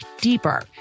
deeper